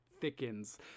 thickens